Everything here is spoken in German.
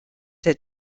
der